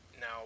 Now